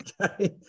Okay